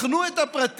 בחנו את הפרטים.